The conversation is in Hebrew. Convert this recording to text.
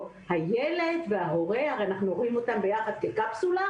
הילד וההורה הרי אנחנו רואים אותם ביחד כקפסולה